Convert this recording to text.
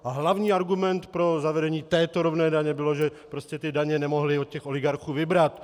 A hlavní argument pro zavedení této rovné daně byl, že prostě ty daně nemohli od těch oligarchů vybrat.